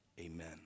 Amen